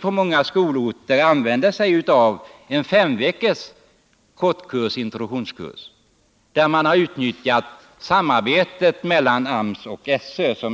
på många skolorter använt sig av en 5-veckors introduktionskurs, som arrangerats i samarbete mellan AMS och SÖ.